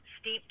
steep